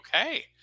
Okay